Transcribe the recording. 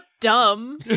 dumb